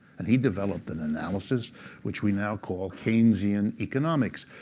and he developed an analysis which we now call keynesian economics.